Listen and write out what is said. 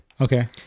Okay